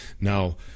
Now